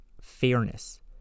Fairness